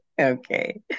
Okay